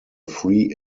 free